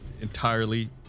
entirely